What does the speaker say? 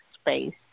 space